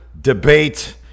debate